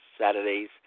Saturdays